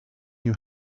you